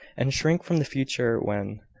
and shrink from the future when.